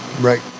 Right